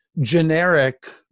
generic